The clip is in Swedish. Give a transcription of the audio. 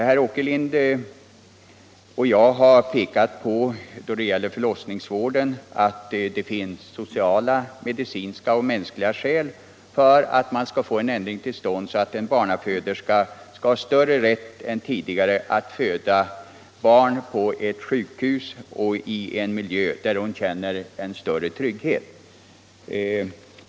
Herr Åkerlind och jag har då det gäller förlossningsvården pekat på att det finns sociala, medicinska och mänskliga skäl för att få en ändring till stånd, så att en barnaföderska skall ha större rätt än tidigare att föda barn på ett sjukhus och i en miljö där hon känner större trygghet.